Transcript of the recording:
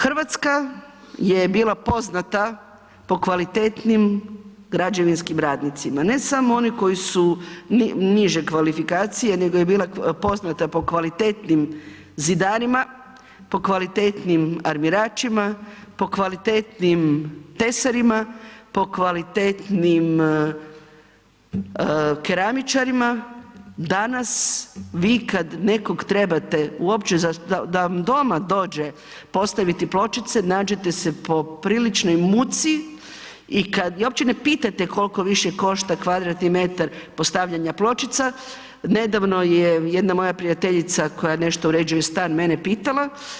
Hrvatska je bila poznata po kvalitetnim građevinskim radnicima, ne samo oni koji su niže kvalifikacije nego je bila poznata po kvalitetnim zidarima, po kvalitetnim armiračima, po kvalitetnim tesarima, po kvalitetnim keramičarima, danas vi kad nekoga trebate uopće da vam doma dođe postaviti pločice nađete se po priličnoj muci i kad, uopće ne pitate koliko više košta m2 postavljanja pločica, nedavno je jedna moja prijateljica koja nešto uređuje stan mene pitala.